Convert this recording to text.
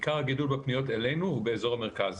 עיקר הגידול בפניות אלינו הוא באזור המרכז.